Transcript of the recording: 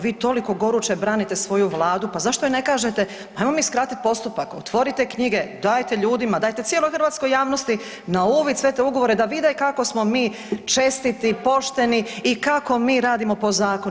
Vi toliko goruće branite svoju Vladu, pa zašto joj ne kažete ajmo mi skratiti postupak, otvorite knjige, dajte ljudima, dajte cijeloj hrvatskoj javnosti na uvid sve te ugovore da vide da vide kako smo mi čestiti, pošteni i kako mi radimo po zakonu.